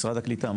משרד הקליטה,